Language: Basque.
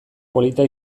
polita